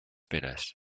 penas